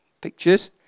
pictures